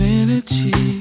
energy